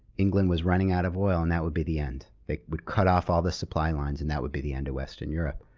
england was running out of oil, and that would be the end. it would cut off all the supply lines, and that would be the end of western europe.